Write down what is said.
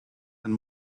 and